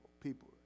People